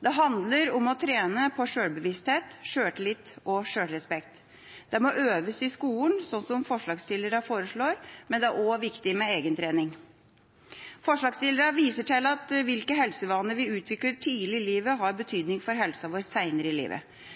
Det handler om å trene på sjølbevissthet, sjøltillit og sjølrespekt. Det må øves i skolen, slik forslagsstillerne foreslår, men det er også viktig med egentrening. Forslagsstillerne viser til at hvilke helsevaner vi utvikler tidlig i livet, har betydning for helsen vår seinere i livet.